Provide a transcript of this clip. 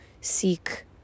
seek